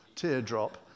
teardrop